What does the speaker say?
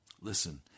Listen